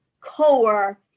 core